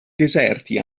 deserti